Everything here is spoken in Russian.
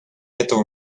этого